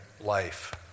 life